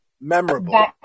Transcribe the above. Memorable